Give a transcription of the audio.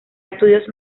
estudios